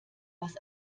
was